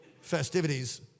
festivities